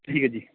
ਠੀਕ ਹੈ ਜੀ